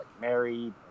married